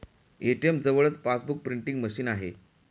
ATM जवळच passbook printing machine आहे